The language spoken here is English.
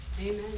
Amen